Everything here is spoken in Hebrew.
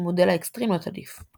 עשוי מודל האקסטרים להיות עדיף.